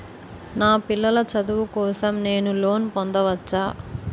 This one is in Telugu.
నా పిల్లల చదువు కోసం నేను లోన్ పొందవచ్చా?